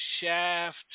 shaft